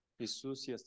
Jesus